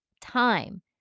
time